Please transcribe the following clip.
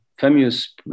famous